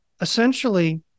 essentially